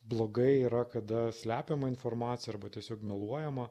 blogai yra kada slepiama informacija arba tiesiog meluojama